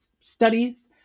studies